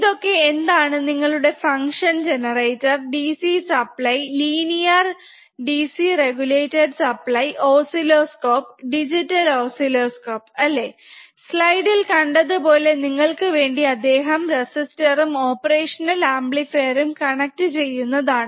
ഇതൊക്കെ എന്താണ് നിങ്ങളുടെ function generator DC supply linear DC regulated supply oscilloscope digital oscilloscope അല്ലെ സ്ലൈഡ് ഇൽ കണ്ടതുപോലെ നിങ്ങക്ക്ൾ വേണ്ടി അദ്ദേഹം റെസിസ്റ്റർസ്സും ഓപ്പറേഷണൽ അമ്പ്ലിഫീർ ഉം കണക്ട് ചെയ്യുന്നതാണ്